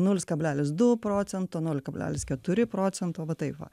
nulis kablelis du procento nol kablelis keturi procento va taip va